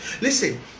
Listen